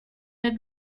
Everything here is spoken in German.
der